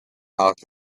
out